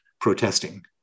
protesting